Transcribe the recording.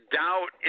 doubt